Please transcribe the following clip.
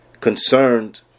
concerned